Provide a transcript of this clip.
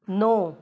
ਨੌ